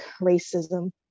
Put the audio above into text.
racism